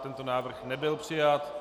Tento návrh nebyl přijat.